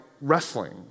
wrestling